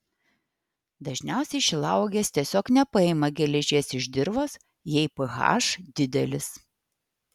dažniausiai šilauogės tiesiog nepaima geležies iš dirvos jei ph didelis